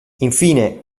infine